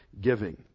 giving